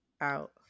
out